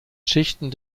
schichten